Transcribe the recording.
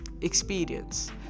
experience